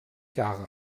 jahre